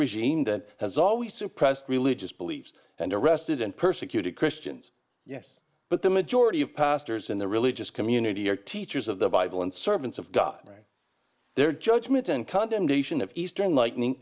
regime that has always suppressed religious beliefs and arrested and persecuted christians yes but the majority of pastors in the religious community are teachers of the bible and servants of god right their judgement and condemnation of eastern lightning